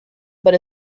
but